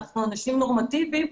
אנחנו אנשים נורמטיביים,